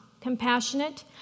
compassionate